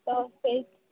ତ ସେଇ